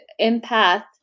empath